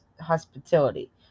hospitality